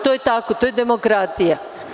To je tako, to je demokratija.